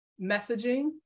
messaging